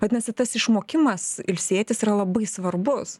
vadinasi tas išmokimas ilsėtis yra labai svarbus